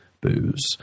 booze